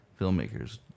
filmmakers